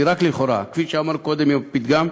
כי היא רק לכאורה, כפי שאמר קודם הפתגם.